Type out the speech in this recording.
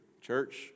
church